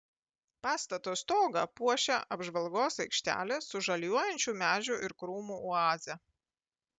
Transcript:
pastato stogą puošia apžvalgos aikštelė su žaliuojančių medžių ir krūmų oaze